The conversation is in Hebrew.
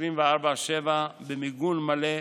24/7 במיגון מלא,